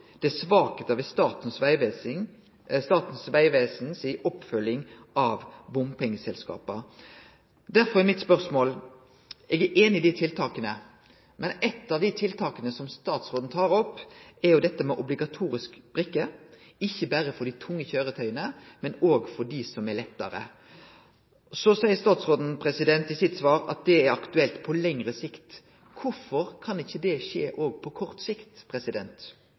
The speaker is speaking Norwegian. det er «svakheiter ved Statens vegvesen si oppfølging av bompengeselskapa». Eg er einig i dei tiltaka, men eitt av dei tiltaka som statsråden tar opp, er dette med obligatorisk brikke, ikkje berre for dei tunge køyretøya, men òg for dei som er lettare, og så seier statsråden i sitt svar at dette er aktuelt «på lengre sikt». Derfor er mitt spørsmål: Kvifor kan ikkje det skje òg på kort sikt?